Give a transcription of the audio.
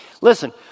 Listen